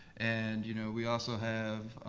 and you know we also have,